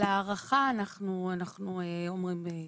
על הארכה אנחנו, אנחנו אומרים,